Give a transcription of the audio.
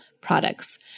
products